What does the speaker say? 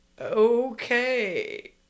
Okay